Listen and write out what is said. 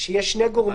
שיש שני גורמים.